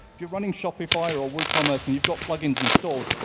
if you're running shopify or or woocommerce and you've got plug-ins installed,